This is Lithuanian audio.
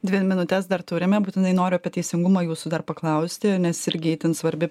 dvi minutes dar turime būtinai noriu apie teisingumą jūsų dar paklausti nes irgi itin svarbi